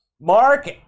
Mark